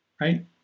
right